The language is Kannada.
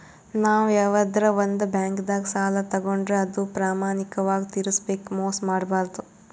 ನಾವ್ ಯವಾದ್ರೆ ಒಂದ್ ಬ್ಯಾಂಕ್ದಾಗ್ ಸಾಲ ತಗೋಂಡ್ರ್ ಅದು ಪ್ರಾಮಾಣಿಕವಾಗ್ ತಿರ್ಸ್ಬೇಕ್ ಮೋಸ್ ಮಾಡ್ಬಾರ್ದು